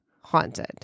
haunted